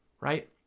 Right